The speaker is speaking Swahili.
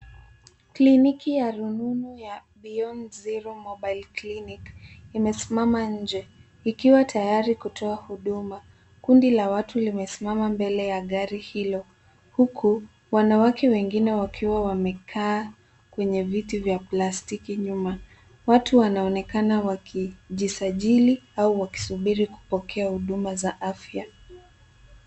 Kliniki ya rununu ya Beyond Zero Mobile Clinic imesimama nje ikiwa tayari kutoa huduma. Kundi la watu limesimama mbele ya gari hilo, huku wanawake wengine wakiwa wamekaa kwenye viti vya plastiki nyuma. Watu wanaonekana wakijisajili au wakisuburi kupokea huduma za afya.